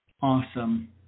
Awesome